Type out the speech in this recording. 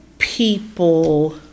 People